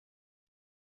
خوبه